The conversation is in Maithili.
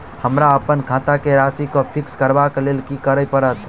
हमरा अप्पन खाता केँ राशि कऽ फिक्स करबाक लेल की करऽ पड़त?